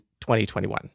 2021